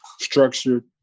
structured